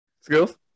Skills